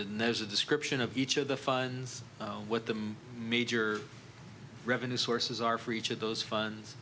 then there's a description of each of the fines what the major revenue sources are for each of those funds